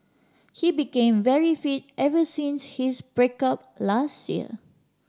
he became very fit ever since his break up last year